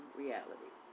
reality